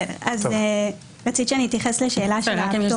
רצית שאתייחס לשאלה שלך.